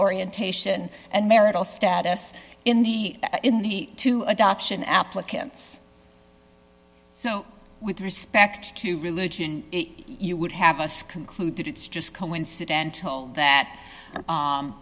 orientation and marital status in the in the two adoption applicants with respect to religion you would have us conclude that it's just coincidental that